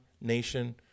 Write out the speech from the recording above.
nation